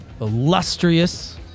illustrious